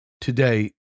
today